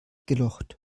gelocht